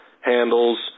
handles